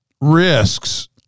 risks